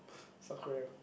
South-Korea